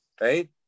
right